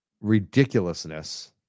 Ridiculousness